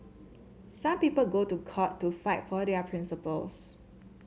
some people go to court to fight for their principles